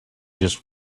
just